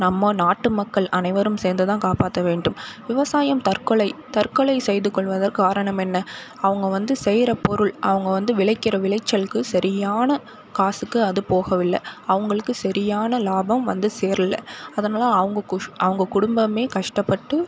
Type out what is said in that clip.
நம்ம நாட்டு மக்கள் அனைவரும் சேர்ந்து தான் காப்பாற்ற வேண்டும் விவசாயம் தற்கொலை தற்கொலை செய்துகொள்வதன் காரணம் என்ன அவங்க வந்து செய்கிற பொருள் அவங்க வந்து விளைக்கிற விளைச்சலுக்கு சரியான காசுக்கு அது போகவில்லை அவங்களுக்கு சரியான லாபம் வந்து சேரலை அதனால் அவங்க அவங்க குடும்பமே கஷ்டப்பட்டு